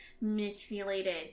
manipulated